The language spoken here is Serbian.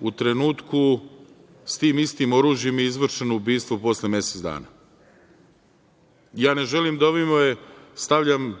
u trenutku s tim istim oružjem je izvršeno ubistvo posle mesec dana. Ne želim da ovim stavljam